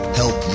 help